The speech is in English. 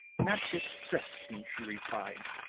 not distressed me, she replied,